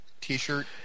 t-shirt